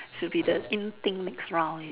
should be the in thing next round leh